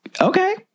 Okay